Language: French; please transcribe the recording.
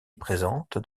présente